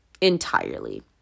Entirely